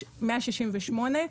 יש 168,